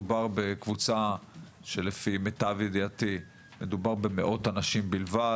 מדובר בקבוצה שלפי מיטב ידיעתי כוללת מאות אנשים בלבד,